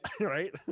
right